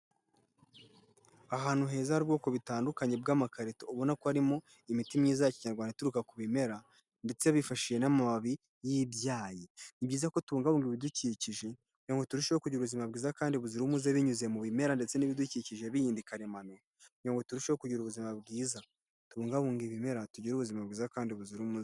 Ahantu heza hari ubwoko butandukanye bw'amakarito ubona ko arimo imiti myiza ya Kinyarwanda ituruka ku bimera ndetse bifashishije n'amababi y'ibyayi. Ni byiza ko tubungabunga ibidukikije kugira ngo turusheho kugira ubuzima bwiza kandi buzira umuze, binyuze mu bimera ndetse n'ibidukikije bindi karemano kugira ngo turusheho kugira ubuzima bwiza. Tubungabunga ibimera tugire ubuzima bwiza kandi buzira umuze.